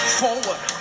forward